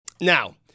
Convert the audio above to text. Now